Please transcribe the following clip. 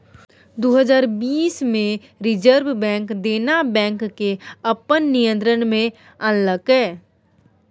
दु हजार बीस मे रिजर्ब बैंक देना बैंक केँ अपन नियंत्रण मे आनलकै